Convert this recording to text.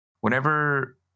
whenever